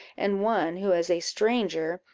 and one who, as a stranger,